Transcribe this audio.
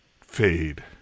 fade